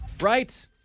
right